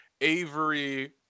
Avery